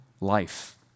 life